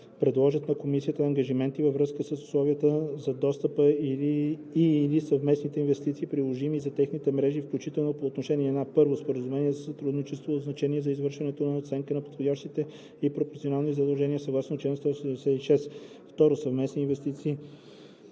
предложат на комисията ангажименти във връзка с условията за достъп и/или съвместните инвестиции, приложими за техните мрежи, включително по отношение на: 1. споразумения за сътрудничество от значение за извършването на оценка на подходящите и пропорционални задължения съгласно чл. 166; 2. съвместни инвестиции